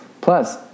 Plus